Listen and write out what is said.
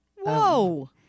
Whoa